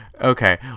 Okay